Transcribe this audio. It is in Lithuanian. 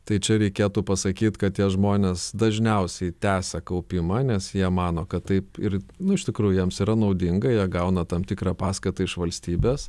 tai čia reikėtų pasakyt kad tie žmonės dažniausiai tęsia kaupimą nes jie mano kad taip ir nu iš tikrųjų jiems yra naudinga jie gauna tam tikrą paskatą iš valstybės